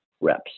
reps